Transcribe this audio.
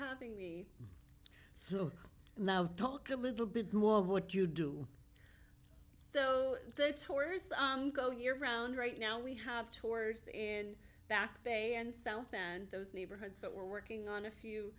having me so now talk a little bit of what you do so the tours go year round right now we have tours in back bay and south and those neighborhoods but we're working on a